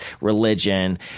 religion